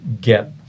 get